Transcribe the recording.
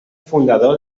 fundador